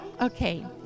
Okay